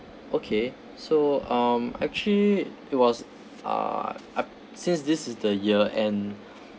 okay so um actually it was uh I since this is the year end